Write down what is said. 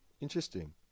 interesting